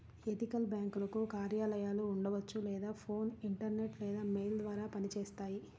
ethical బ్యేంకులకు కార్యాలయాలు ఉండవచ్చు లేదా ఫోన్, ఇంటర్నెట్ లేదా మెయిల్ ద్వారా పనిచేస్తాయి